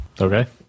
Okay